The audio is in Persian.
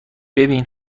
ببین